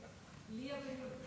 ליה בן נון.